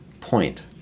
point